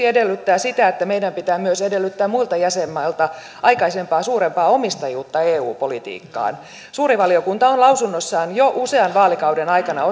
edellyttää sitä että meidän pitää myös edellyttää muilta jäsenmailta aikaisempaa suurempaa omistajuutta eu politiikkaan suuri valiokunta on lausunnoissaan jo usean vaalikauden aikana